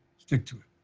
stick to it.